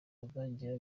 bizajya